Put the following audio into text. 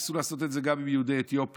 ניסו לעשות את זה גם עם יהודי אתיופיה,